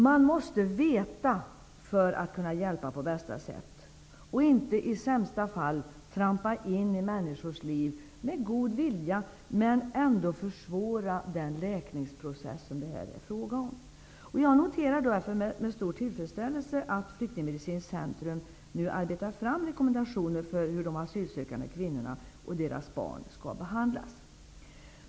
Man måste veta för att kunna hjälpa på bästa sätt -- och inte i sämsta fall trampa in i människors liv, visserligen med god vilja, men ändå försvåra den läkningsprocess som det här är fråga om. Jag noterar med stor tillfredsställelse att Flyktingmedicinskt centrum i Linköping nu arbetar fram rekommendationer för hur de asylsökande kvinnorna och deras barn skall behandlas.